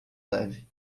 leve